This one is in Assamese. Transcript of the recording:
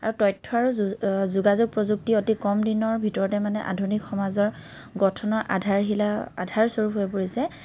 আৰু তথ্য আৰু যোগাযোগ প্ৰযুক্তিয়ে অতি কম দিনৰ ভিতৰতে মানে আধুনিক সমাজৰ গঠনৰ আধাৰশিলা আধাৰ স্বৰূপ হৈ পৰিছে